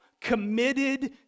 committed